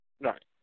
Right